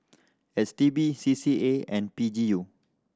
S T B C C A and P G U